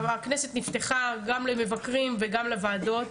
הכנסת נפתחה גם למבקרים וגם לוועדות,